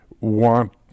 want